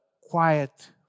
quiet